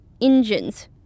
Engines